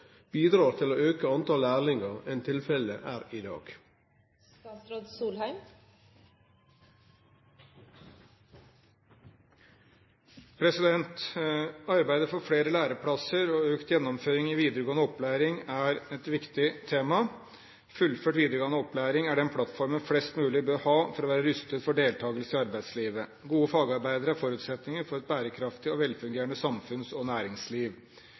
bidrar til å øke antall lærlinger enn tilfellet er i dag?» Arbeidet for flere læreplasser og økt gjennomføring i videregående opplæring er et viktig tema. Fullført videregående opplæring er den plattformen flest mulig bør ha for å være rustet for deltakelse i arbeidslivet. Gode fagarbeidere er forutsetningen for et bærekraftig og velfungerende samfunns- og næringsliv.